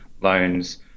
loans